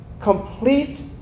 complete